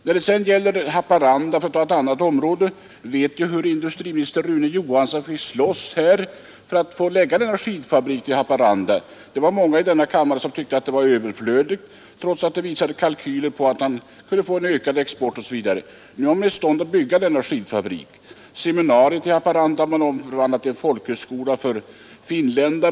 När det sedan gäller Haparanda, för att ta ett annat område, vet jag hur industriminister Rune Johansson fick slåss här för att få lägga denna skidfabrik i Haparanda. Det var många i denna kammare som tyckte att det var överflödigt, trots att det visades kalkyler på att man skulle få en ökad export osv. Nu var man ändå i stånd att bygga denna skidfabrik. Seminariet i Haparanda har man förvandlat till en folkhögskola för finländare.